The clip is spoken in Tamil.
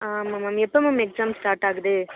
ஆமாம் மேம் எப்போ மேம் எக்ஸாம் ஸ்டார்ட் ஆகுது